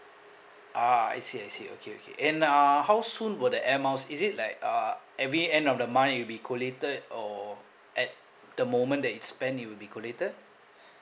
ah I see I see okay okay and uh how soon will the air miles is it like uh every end of the month it'll be collated or at the moment that it spend it will be collated